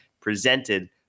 presented